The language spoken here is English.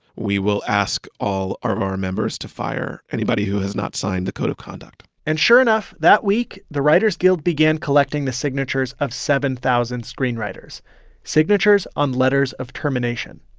we will ask all of our members to fire anybody who has not signed the code of conduct and sure enough, that week, the writers guild began collecting the signatures of seven thousand screenwriters signatures on letters of termination.